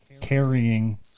carrying